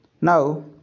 now